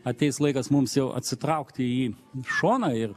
ateis laikas mums jau atsitraukti į šoną ir